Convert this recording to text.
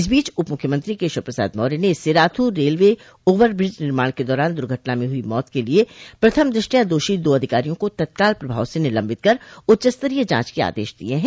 इस बीच उप मुख्यमंत्री केशव प्रसाद मौर्य ने सिराथू रेलवे ओवर ब्रिज निर्माण के दौरान दुर्घटना में हुई मौत के लिये प्रथम दृष्टया दोषी दो अधिकारियों को तत्काल प्रभाव से निलम्बित कर उच्चस्तरीय जांच के आदेश दिये हैं